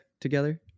together